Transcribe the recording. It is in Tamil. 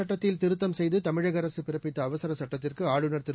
சுட்டத்தில் திருத்தம் செய்து தமிழக அரசு பிறப்பித்த அவசரச் சுட்டத்திற்கு ஆளுநர் திரு